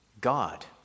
God